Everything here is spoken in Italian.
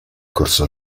corso